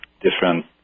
different